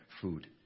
food